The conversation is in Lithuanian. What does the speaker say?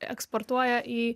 eksportuoja į